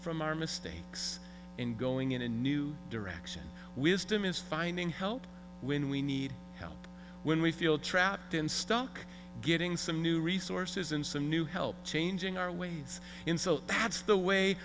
from our mistakes and going in a new direction wisdom is finding help when we need help when we feel trapped in stuck getting some new resources and some new help changing our ways in so that's the way